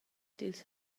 dils